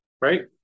Right